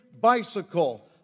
bicycle